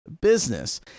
business